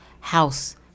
house